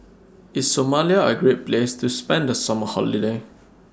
IS Somalia A Great Place to spend The Summer Holiday